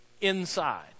inside